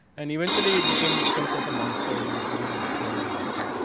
and eventually, became became like a monster, who would you known destroy is the doctors